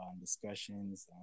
discussions